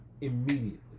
immediately